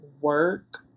work